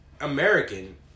American